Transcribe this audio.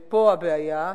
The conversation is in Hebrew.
ופה הבעיה,